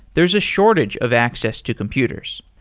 there's a shortage of access to computers.